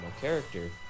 character